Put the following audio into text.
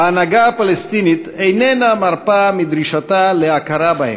ההנהגה הפלסטינית איננה מרפה מדרישתה להכרה בהם,